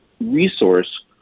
resource